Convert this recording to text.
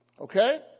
okay